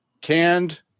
canned